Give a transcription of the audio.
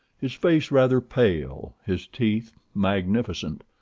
his face rather pale, his teeth magnificent.